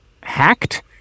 hacked